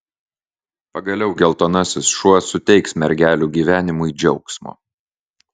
pagaliau geltonasis šuo suteiks mergelių gyvenimui džiaugsmo